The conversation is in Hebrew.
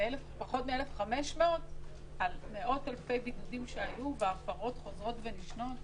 פחות מ-1,500 מתוך מאות אלפי בידודים שהיו והפרות חוזרות ונשנות?